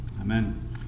Amen